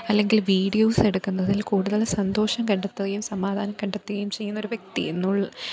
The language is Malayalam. അല്ലെങ്കില് വീഡിയോസെടുക്കുന്നതില് കൂടുതൽ സന്തോഷം കണ്ടെത്തുകയും സമാധാനം കണ്ടെത്തുകയും ചെയ്യുന്നൊരു വ്യക്തി എന്നുൾ